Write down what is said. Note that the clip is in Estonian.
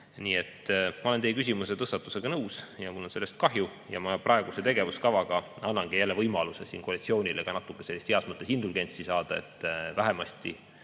Nii et ma olen teie küsimuse tõstatusega nõus ja mul on sellest kahju. Ja ma praeguse tegevuskavaga annangi jälle võimaluse siin koalitsioonile ka natuke sellist heas mõttes indulgentsi saada, et vähemasti